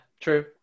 true